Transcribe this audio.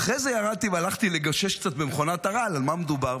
אחרי זה ירדתי והלכתי לגשש קצת במכונת הרעל על מה מדובר.